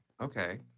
okay